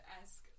ask